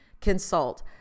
consult